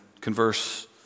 converse